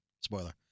Spoiler